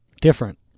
Different